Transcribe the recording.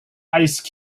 ice